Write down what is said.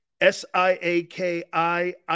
S-I-A-K-I